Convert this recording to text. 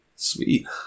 Sweet